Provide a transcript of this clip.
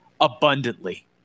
abundantly